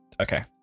okay